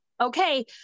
okay